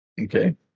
Okay